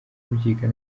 kubyiga